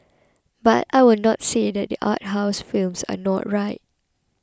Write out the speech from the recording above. but I will not say that art house films are not right